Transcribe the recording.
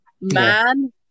man